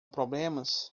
problemas